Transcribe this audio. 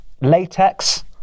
latex